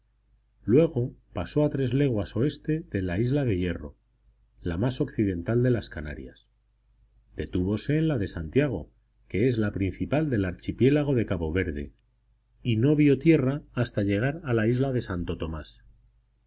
luego pasó a tres leguas o de la isla de hierro la más occidental de las canarias detúvose en la de santiago que es la principal del archipiélago de cabo verde y vi no vio tierra hasta llegar a la isla de santo tomás